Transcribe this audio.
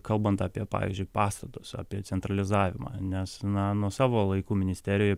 kalbant apie pavyzdžiui pastatus apie centralizavimą nes na nuo savo laikų ministerijoj